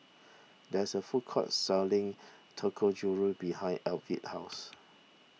there is a food court selling Dangojiru behind Avie's house